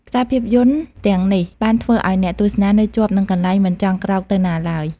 ខ្សែភាពយន្តទាំងនេះបានធ្វើឲ្យអ្នកទស្សនានៅជាប់នឹងកន្លែងមិនចង់ក្រោកទៅណាឡើយ។